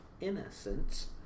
Innocence